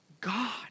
God